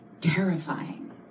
terrifying